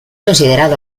considerado